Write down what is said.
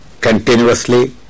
continuously